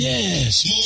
Yes